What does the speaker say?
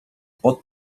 pod